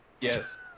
Yes